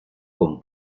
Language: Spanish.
con